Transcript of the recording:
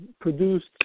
produced